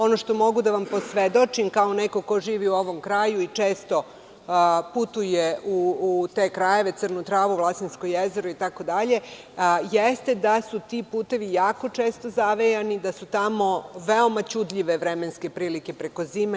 Ono što mogu da vam posvedočim kao neko ko živi u ovom kraju i često putuje u te krajeve, Crnu Travu, Vlasinsko jezero itd, jeste da su ti putevi često zavejani, da su tamo veoma ćudljive vremenske prilike preko zime.